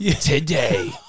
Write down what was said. today